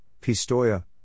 Pistoia